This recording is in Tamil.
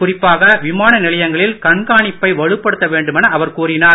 குறிப்பாக விமானநிலையங்களில் கண்காணிப்பை வலுப்படுத்த வேண்டுமென அவர் கூறினார்